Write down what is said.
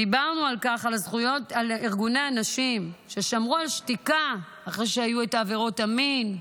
דיברנו על ארגוני הנשים ששמרו על שתיקה אחרי שהיו עבירות המין,